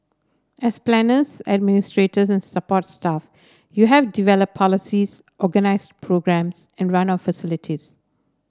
as planners administrators and support staff you have develop policies organize programmes and run our facilities